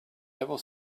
never